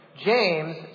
James